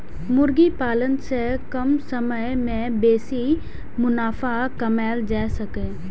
मुर्गी पालन सं कम समय मे बेसी मुनाफा कमाएल जा सकैए